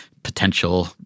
potential